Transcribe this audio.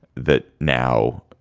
that now